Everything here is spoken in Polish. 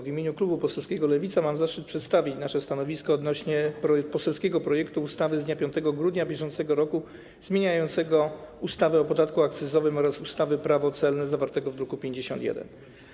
W imieniu klubu parlamentarnego Lewica mam zaszczyt przedstawić nasze stanowisko wobec poselskiego projektu ustawy z dnia 5 grudnia br. zmieniającego ustawę o podatku akcyzowym oraz ustawę Prawo celne, zawartego w druku nr 51.